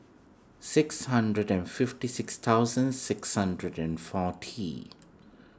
six hundred and fifty six thousand six hundred and forty